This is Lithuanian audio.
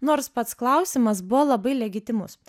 nors pats klausimas buvo labai legitimus